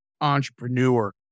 entrepreneur